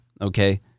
okay